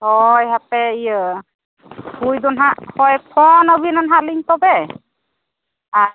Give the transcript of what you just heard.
ᱦᱳᱭ ᱦᱟᱯᱮ ᱤᱭᱟᱹ ᱦᱩᱭ ᱫᱚ ᱦᱟᱸᱜ ᱦᱳᱭ ᱯᱷᱳᱱ ᱟᱵᱮᱱᱟ ᱦᱟᱸᱜ ᱞᱤᱧ ᱛᱚᱵᱮ ᱟᱨ